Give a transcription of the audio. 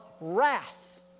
wrath